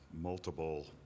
Multiple